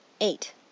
Eight